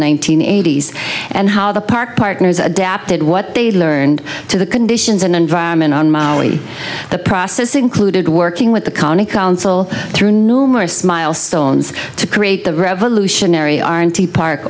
hundred eighty s and how the park partners adapted what they learned to the conditions and environment on maui the process included working with the county council through numerous milestones to create the revolutionary aren t park